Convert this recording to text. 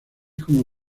como